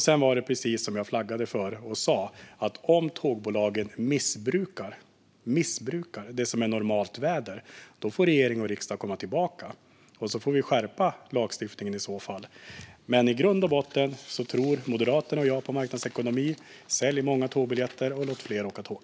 Sedan var det precis som jag flaggade för: Om tågbolagen missbrukar det som är normalt väder får regeringen och riksdagen komma tillbaka och skärpa lagstiftningen i så fall. Men i grund och botten tror Moderaterna och jag på marknadsekonomin. Sälj många tågbiljetter, och låt fler åka tåg!